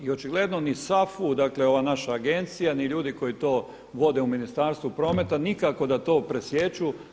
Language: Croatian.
I očigledno ni SAFU ova naša agencija ni ljudi koji to vode u Ministarstvu prometa nikako da to presijeku.